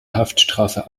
haftstrafe